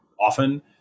often